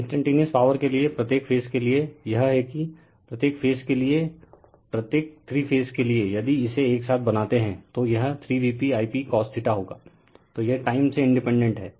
instantaneous power के लिए प्रत्येक फेज के लिए यह है कि प्रत्येक फेज के लिए प्रत्येक है रिफर टाइम 1047 थ्री फेज के लिए यदि इसे एक साथ बनाते हैं तो यह 3VpI p cos होगा तो यह टाइम से इंडिपेंडेंट है